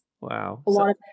Wow